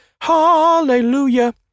Hallelujah